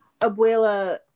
Abuela